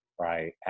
right